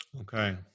Okay